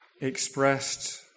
expressed